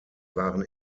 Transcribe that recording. waren